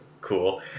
cool